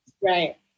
Right